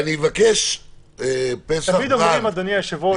פסח ברנד,